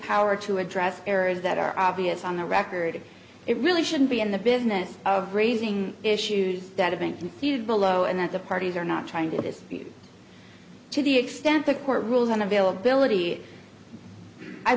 power to address errors that are obvious on the record it really shouldn't be in the business of raising issues that have been heated below and that the parties are not trying to dispute to the extent the court rules on availability i